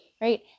Right